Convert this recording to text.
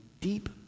deep